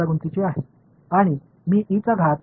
இது ஒரு சிக்கலான வெக்டர் எனவே இது சிக்கலானது